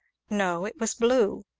no it was blue!